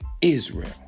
Israel